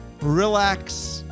relax